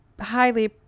highly